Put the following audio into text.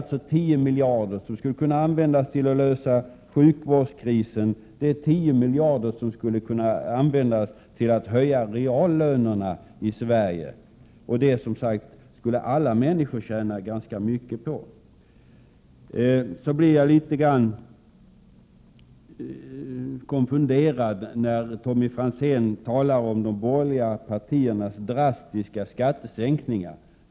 10 miljarder skulle kunna användas till att lösa sjukvårdskrisen och 10 miljarder skulle kunna användas till att höja reallönerna i Sverige. Det skulle, som sagt, alla människor tjäna ganska mycket på. Jag blir litet konfunderad när Tommy Franzén talar om de borgerliga partiernas drastiska skattesänkningar.